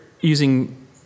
using